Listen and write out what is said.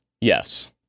yes